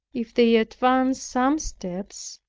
if they advance some steps,